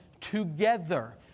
together